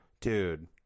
Dude